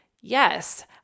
Yes